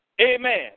Amen